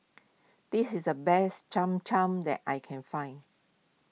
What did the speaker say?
this is the best Cham Cham that I can find